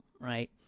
right